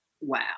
Wow